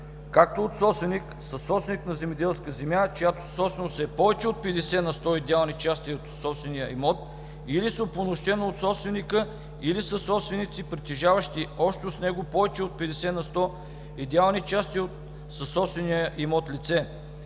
както от собственик, съсобственик на земеделска земя, чиято собственост е повече от 50 на сто идеални части от съсобствения имот, или с упълномощено от собственика или съсобственици, притежаващи общо с него повече от 50 на сто идеални части от съсобствения имот, лице,